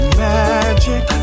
magic